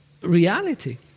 reality